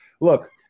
look –